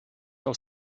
aus